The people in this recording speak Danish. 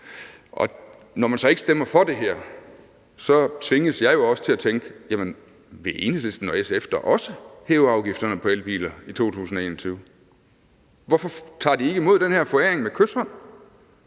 Når man så ikke stemmer for det her, tvinges jeg jo også til at tænke: Jamen, vil Enhedslisten og SF da også hæve afgifterne på elbiler i 2021? Hvorfor tager de ikke imod den her formulering med kyshånd